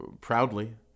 Proudly